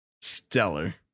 stellar